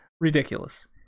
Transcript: ridiculous